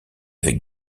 avec